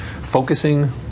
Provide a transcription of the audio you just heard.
focusing